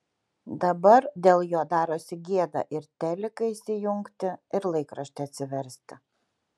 dabar dėl jo darosi gėda ir teliką įsijungti ir laikraštį atsiversti